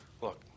Look